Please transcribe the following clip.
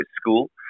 school